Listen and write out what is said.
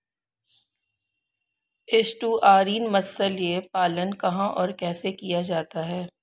Estuarine मत्स्य पालन कहां और कैसे किया जाता है?